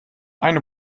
eine